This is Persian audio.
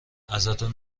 ازتون